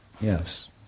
Yes